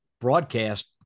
broadcast